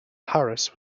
harris